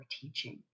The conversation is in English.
teaching